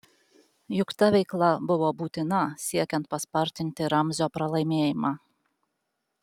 juk ta veikla buvo būtina siekiant paspartinti ramzio pralaimėjimą